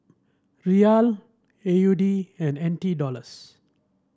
Riyal A U D and N T Dollars